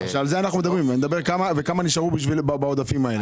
כמה נשארו בעודפים האלה?